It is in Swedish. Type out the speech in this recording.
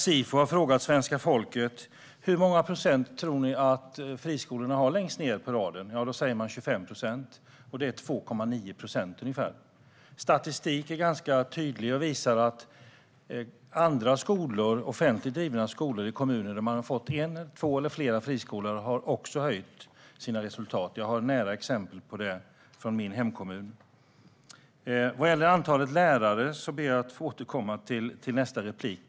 Sifo har frågat svenska folket: Hur många procent tror ni att friskolorna har längst ned på raden? Då säger man: 25 procent. Men det är ungefär 2,9 procent. Statistiken är ganska tydlig och visar att offentligt drivna skolor i kommuner där man har fått en, två eller fler friskolor har höjt sina resultat. Jag har nära exempel på det från min hemkommun. Frågan om antalet lärare ber jag att få återkomma till i nästa replik.